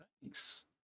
Thanks